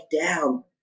down